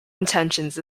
intentions